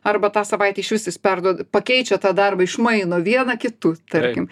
arba tą savaitę išvis jis perduo pakeičia tą darbą išmaino vieną kitu tarkim